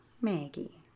Maggie